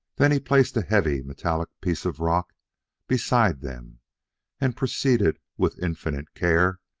then he placed a heavy, metallic piece of rock beside them and proceeded, with infinite care,